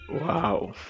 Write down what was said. Wow